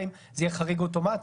האם זה יהיה חריג אוטומטי.